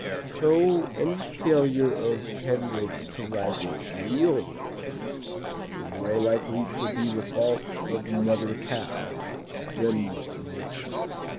so any failure of penroque to rival real roquefort is more likely to be the fault of mother cow than mother nature.